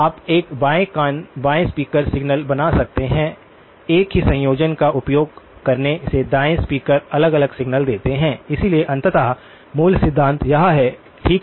आप एक बाएं कान बाएं स्पीकर सिग्नल बना सकते हैं एक ही संयोजन का उपयोग करने से दाएं स्पीकर अलग अलग सिग्नल देते हैं इसलिए अंततः मूल सिद्धांत यह है ठीक है